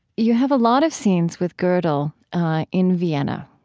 you have a lot of scenes with godel in vienna,